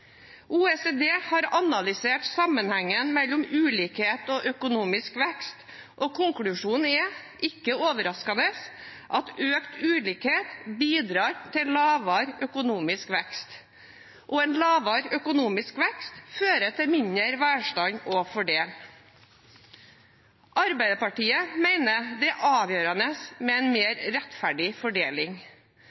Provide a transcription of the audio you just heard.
OECD har analysert sammenhengen mellom ulikhet og økonomisk vekst, og konklusjonen er – ikke overraskende – at økt ulikhet bidrar til lavere økonomisk vekst, og at lavere økonomisk vekst fører til mindre velstand å fordele. Arbeiderpartiet mener det er avgjørende med en mer rettferdig fordeling.